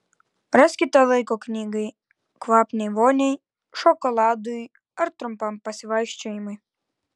raskite laiko knygai kvapniai voniai šokoladui ar trumpam pasivaikščiojimui